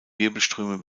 wirbelströme